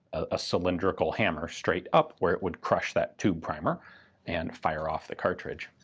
a cylindrical hammer straight up where it would crush that tube primer and fire off the cartridge.